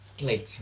later